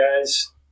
guys